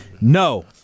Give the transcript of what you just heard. No